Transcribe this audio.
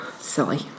silly